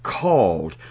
called